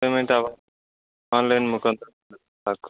payment ಯಾವು online ಮುಖಾಂತರನ ಹಾಕಿ